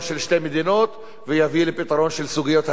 של שתי מדינות ויביא לפתרון של סוגיות הקבע,